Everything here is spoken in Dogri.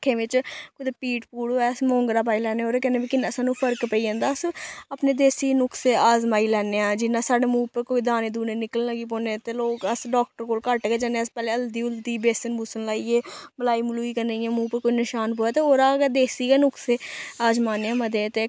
अक्खें बिच्च कुतै पीड़ पूड़ होऐ अस मोंगरा पाई लैन्ने ओह्दे कन्नै बी किन्ना सानूं फर्क पेई जंदा अस अपने देसी नुख्से अजमाई लैन्ने आं जि'यां साढ़े मूंह् उप्पर कोई दाने दूने निकल लेई पौन्ने ते लोक अस डाक्टर कोल घट्ट गै जन्ने अस पैह्लें हल्दी हुल्दी बेसन बूसन लाइयै मलाई मलूई कन्नै इ'यां मूंह् पर कोई निशान प'वै ते ओह्दा गै देसी गै नुख्से अजमाने आं मते